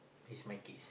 it's my kids